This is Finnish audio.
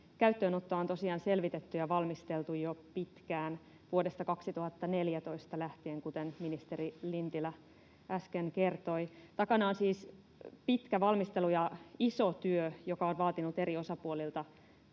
käyttöönottoa on tosiaan selvitetty ja valmisteltu jo pitkään, vuodesta 2014 lähtien, kuten ministeri Lintilä äsken kertoi. Takana on siis pitkä valmistelu ja iso työ, joka on vaatinut eri osapuolilta